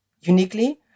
Uniquely